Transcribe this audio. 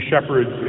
shepherds